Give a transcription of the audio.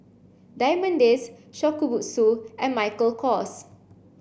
Diamond Days Shokubutsu and Michael Kors